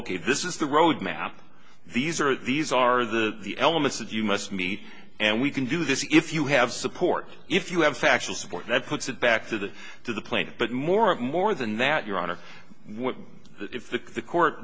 ok this is the roadmap these are these are the elements that you must meet and we can do this if you have support if you have factual support that puts it back to the to the plane but more and more than that your honor if the court